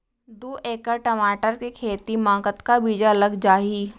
दू एकड़ टमाटर के खेती मा कतका बीजा लग जाही?